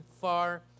far